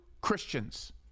christians